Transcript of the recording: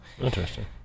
interesting